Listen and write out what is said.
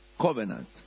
covenant